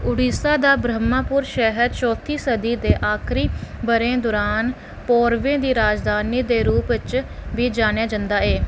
ओडिशा दा ब्रह्मपुर शैह्र चौथी सदी दे आखरी ब'रें दरान पौरवें दी राजधानी दे रूपै च बी जानेआ जंदा ऐ